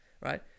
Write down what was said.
right